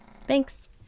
Thanks